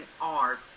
art